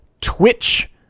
twitch